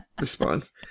response